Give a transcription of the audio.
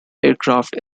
aircraft